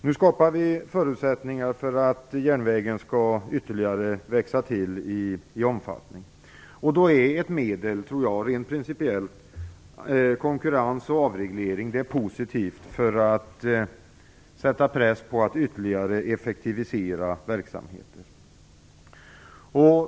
Nu skapar vi förutsättningar för att järnvägstrafikens omfattning skall växa ytterligare. Ett medel tror jag rent principiellt är konkurrens och avreglering. Det är positivt för att sätta press på att verksamheter skall effektiviseras ytterligare.